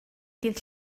dydd